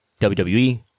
WWE